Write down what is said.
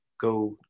go